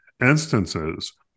instances